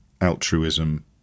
altruism